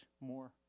more